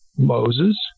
Moses